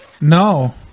No